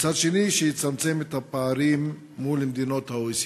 ומצד שני יצמצם את הפערים מול מדינות ה-OECD?